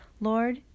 Lord